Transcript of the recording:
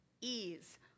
ease